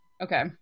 Okay